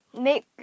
make